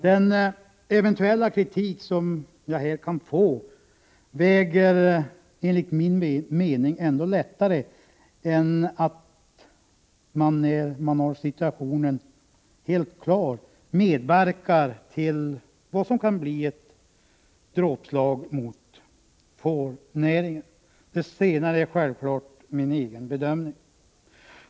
Den eventuella kritik som jag här kan få väger enligt min mening ändå lättare än att man när situationen står helt klar medverkar till att det kan bli ett dråpslag mot fårnäringen. Det senare är självklart min egen bedömning.